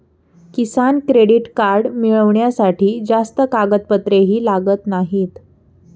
किसान credit card मिळवण्यासाठी जास्त कागदपत्रेही लागत नाहीत